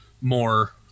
more